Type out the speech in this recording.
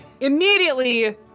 Immediately